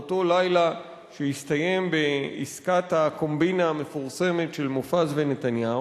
באותו לילה שהסתיים בעסקת הקומבינה המפורסמת של מופז ונתניהו,